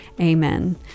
Amen